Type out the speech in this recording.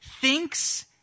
thinks